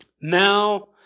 Now